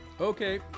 okay